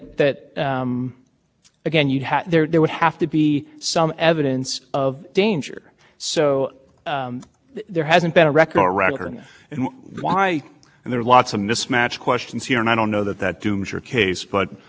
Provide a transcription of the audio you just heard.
the people who bundle and raise money are much more valuable to the parties and the candidates than one individual contribution what do we do about that seeming gaping hole in the in the statute how do we how do we approach that